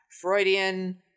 Freudian